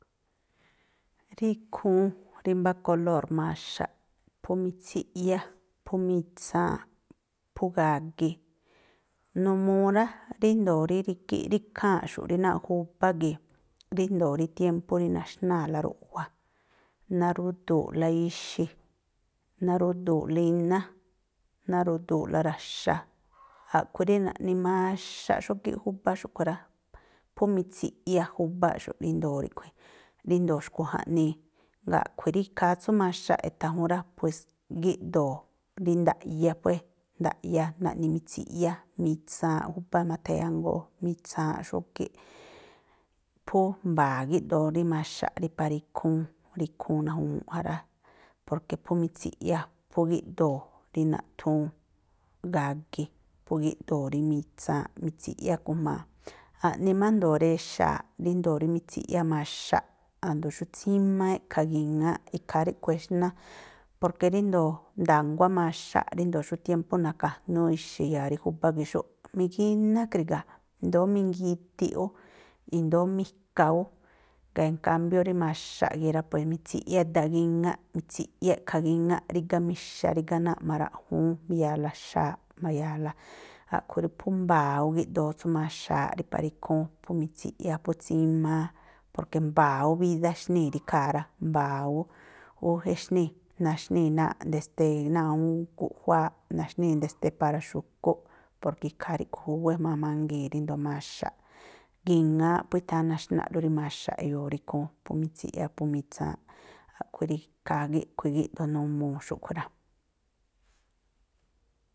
Rí ikhúún, rí mbá kolór maxaꞌ phú mitsiꞌyá, phú mitsaanꞌ, phú gagi, numuu rá, ríjndo̱o rí rígíꞌ rí ikháa̱nꞌxu̱ꞌ rí náa̱ꞌ júbá gii̱. Ríjndo̱o rí tiémpú rí naxnáa̱la ruꞌjua, narudu̱u̱ꞌla ixi̱, narudu̱u̱ꞌla iná, narudu̱u̱ꞌla ra̱xa̱. A̱ꞌkhui̱ rí naꞌni maxaꞌ xógíꞌ júbá xúꞌkhui̱ rá. Phú mitsiꞌyá júbáꞌxu̱ꞌ ríndo̱o ríꞌkhui̱, ríndo̱o xkui̱ jaꞌnii. Jngáa̱ a̱ꞌkhui̱ rí ikhaa tsú maxaꞌ e̱tha̱ jún rá, pues gíꞌdoo̱ rí ndaꞌya puée̱, ndaꞌya, naꞌni mitsiꞌyá, mitsaanꞌ júbá ma̱tha̱yangoo, mitsaanꞌ xógíꞌ. Phú mba̱a̱ gíꞌdoo rí maxaꞌ rí para ikhúún, rí ikhúún naju̱mu̱ꞌ ja rá. porke phú mitsiꞌyá, phú gíꞌdoo̱ rí naꞌthúún gagi, phú gíꞌdoo̱ rí mitsaanꞌ mitsiꞌyá kujma. A̱ꞌni má a̱jndo̱o rexa̱a̱ꞌ ríndo̱o rí mitsiꞌyá maxaꞌ, a̱jndo̱o xú tsímáá e̱ꞌkha̱ gi̱ŋááꞌ, ikhaa ríꞌkhui̱ exná. Porke ríndo̱o nda̱nguá maxaꞌ, ríndo̱o xú tiémpú na̱ka̱jnúú ixi̱ i̱ya̱a rí júbá gii̱ꞌ xúꞌ, migíná kri̱ga̱, i̱ndóó mingidiꞌ ú, i̱ndóó mika ú. Jngáa̱ en kámbió rí maxaꞌ gii̱ꞌ rá, pue mitsiꞌyá edagíŋáꞌ, mitsiꞌyá e̱ꞌkha̱ gíŋáꞌ, rígá mixa, rígá náa̱ꞌ ma̱ra̱ꞌjúún mbi̱ya̱a̱la xa̱a̱ꞌ mba̱ya̱a̱la. a̱ꞌkhui̱ rí phú mbaa̱ ú gíꞌdoo tsú maxaaꞌ rí para ikhúún, phú mitsiꞌyá, phú tsímáá, porke mbaa̱ ú bídá exníi̱ rí ikhaa̱ rá. Mbaa̱ ú ú exníi̱, naxníi̱ náa̱ꞌ desdee náa̱ꞌ guꞌjuááꞌ, naxníi̱ desde para xu̱kúꞌ, porke ikhaa ríꞌkhui̱ júwé jma̱a mangii̱n ríndo̱o maxaꞌ. Gi̱ŋááꞌ phú i̱tháa̱n naxnáꞌlú rí maxaꞌ e̱yo̱o̱ rí ikhúún. Phú mitsiꞌyá, phú mitsaanꞌ. A̱ꞌkhui̱ rí khaa gíꞌkhui̱ gíꞌdoo numuu xúꞌkhui̱ rá.